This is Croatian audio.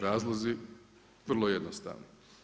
Razlozi, vrlo jednostavni.